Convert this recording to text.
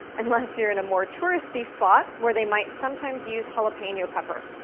unless you're in a more touristy spot where they might sometimes use jalapeno pepper.